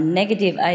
negative